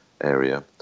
area